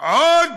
עוד,